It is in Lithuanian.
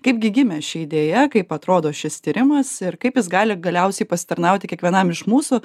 kaipgi gimė ši idėja kaip atrodo šis tyrimas ir kaip jis gali galiausiai pasitarnauti kiekvienam iš mūsų